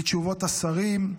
מתשובות השרים,